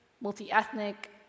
multi-ethnic